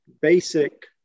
basic